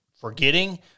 forgetting